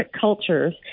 cultures